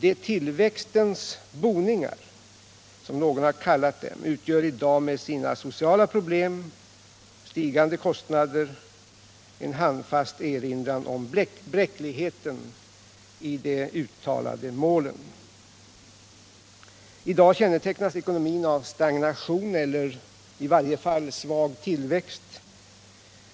De senare — ”tillväxtens boningar”, som någon kallade dem — utgör i dag med sina sociala problem och stigande kostnader en handfast erinran om bräckligheten i de uttalade målen. I dag kännetecknas ekonomin av stagnation eller i varje fall svag tillväxt.